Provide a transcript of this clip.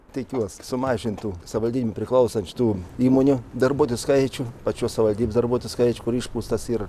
tikiuos sumažintų savivaldybėm priklausančių tų įmonių darbuotojų skaičių pačios savivaldybės darbuotojų skaičių kur išpūstas yra